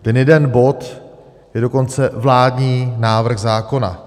Ten jeden bod je dokonce vládní návrh zákona.